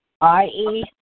I-E